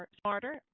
smarter